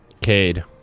Cade